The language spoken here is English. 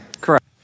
Correct